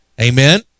Amen